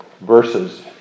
verses